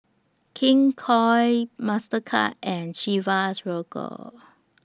King Koil Mastercard and Chivas Regal